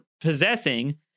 possessing